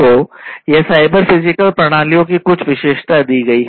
तो यहाँ cyber physical प्रणालियों की कुछ विशेषताएं दी गई हैं